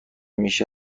میشه